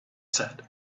said